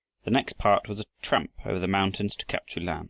the next part was a tramp over the mountains to kap-tsu-lan